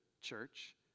church